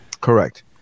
Correct